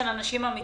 מפרנסים יחידים